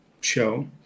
show